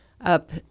up